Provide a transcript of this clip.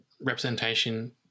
representation